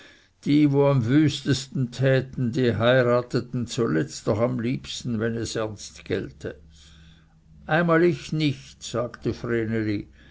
die wo am wüstesten täten die heirateten zuletzt noch am liebsten wenn es ernst gelte einmal ich nicht sagte